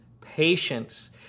patience